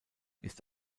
ist